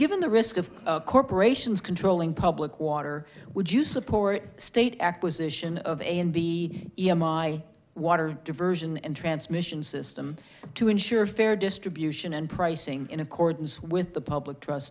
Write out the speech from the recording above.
given the risk of corporations controlling public water would you support state acquisition of a and b e m i water diversion and transmission system to ensure fair distribution and pricing in accordance with the public trust